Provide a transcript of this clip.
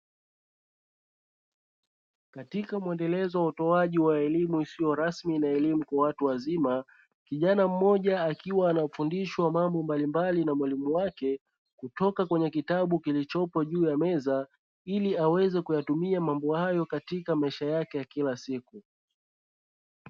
Katika muendelezo wa utoaji wa elimu isiyo rasmi na elimu kwa watu wazima, kijana mmoja akiwa anafundishwa mambo mbalimbali na mwalimu wake kutoka kwenye kitabu kilichopo juu ya meza, ili aweze kuyatumia mambo hayo katika maisha yake ya kila siku.